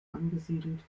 angesiedelt